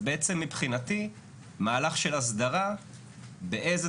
אז בעצם מבחינתי מהלך של אסדרה באיזו